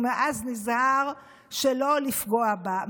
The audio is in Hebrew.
ומאז נזהר שלא לפגוע בה.